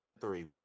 three